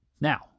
Now